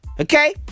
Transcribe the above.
Okay